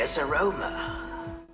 aroma